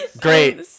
great